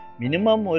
minimum